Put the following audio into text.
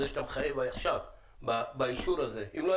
שאתה מחייב עכשיו באישור הזה - אם לא,